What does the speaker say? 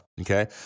Okay